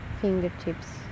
fingertips